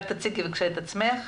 שלום,